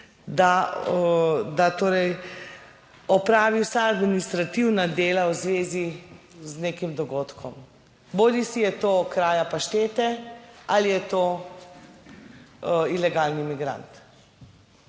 opravi vsa administrativna dela v zvezi z nekim dogodkom? Bodisi je to kraja paštete ali je to ilegalni migrant.